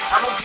I'ma